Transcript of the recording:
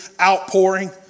outpouring